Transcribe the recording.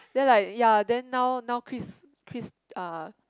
then like ya then now now Chris Chris uh